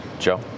Joe